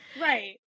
right